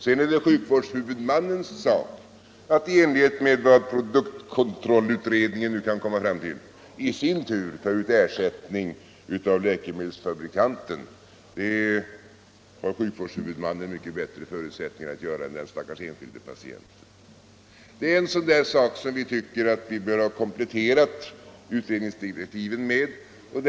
Sedan är det sjukvårdshuvudman = medinflytande och nens sak att — i enlighet med vad produktkontrollutredningen nu kan rättssäkerhet inom komma fram till — i sin tur ta ut ersättning av läkemedelsfabrikanten. = sjukvården Det har sjukvårdshuvudmannen mycket bättre förutsättningar att göra än den stackars enskilde patienten. Detta är en sådan sak som vi anser att utredningsdirektiven bör kompletteras med.